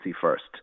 first